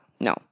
no